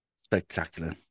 Spectacular